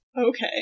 Okay